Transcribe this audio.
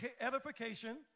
edification